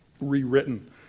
rewritten